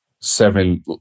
seven